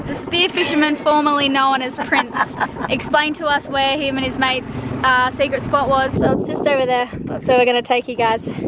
the spear-fisherman formally known as prince explained to us where him and his mate's secret spot was. so, it's just over there, but so we're gonna take you guys,